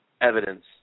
evidence